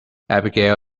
abigail